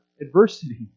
adversity